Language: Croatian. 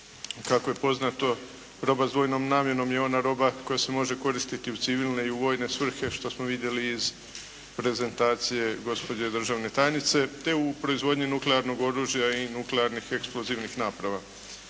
Kako je poznato roba s dvojnom namjenom je ona roba koja se može koristiti u civilne i u vojne svrhe što smo vidjeli iz prezentacije gospođe državne tajnice, te u proizvodnji nuklearnog oružja i nuklearnih eksplozivnih naprava.